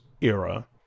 era